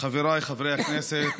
חבריי חברי הכנסת,